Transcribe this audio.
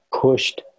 pushed